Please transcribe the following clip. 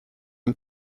and